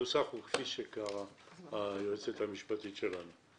הנוסח הוא כפי שקראה היועצת המשפטית שלנו.